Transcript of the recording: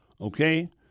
okay